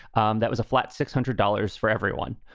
um that was a flat. six hundred dollars for everyone.